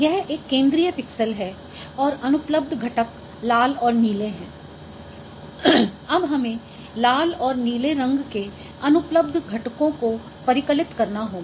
यह एक केंद्रीय पिक्सेल है और अनुपलब्ध घटक लाल और नीले हैं अब हमें लाल और नीले रंग के अनुपलब्ध घटकों को परिकलित करना होगा